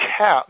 cap